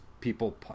people